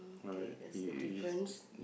kay that's the difference